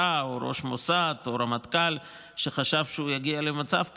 או ראש מוסד או רמטכ"ל שחשב שהוא יגיע למצב כזה,